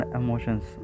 emotions